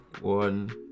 one